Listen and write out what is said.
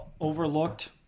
overlooked